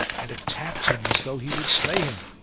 and attacked him as though he would slay him.